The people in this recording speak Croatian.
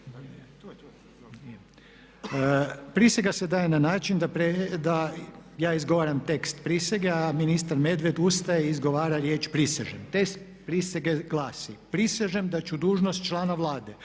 Prisega se daje na način da ja izgovaram tekst prisege, a ministar Medved ustaje i izgovara riječ "prisežem". Tekst prisege glasi: "Prisežem da ću dužnost člana Vlade